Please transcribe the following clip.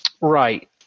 Right